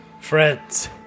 Friends